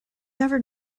never